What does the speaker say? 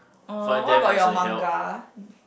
uh what about your manga